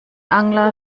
angler